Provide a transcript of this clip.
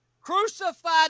crucified